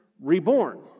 reborn